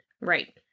Right